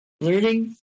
Learning